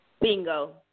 Bingo